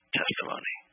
testimony